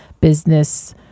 business